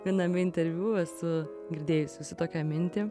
viename interviu esu girdėjus jūsų tokią mintį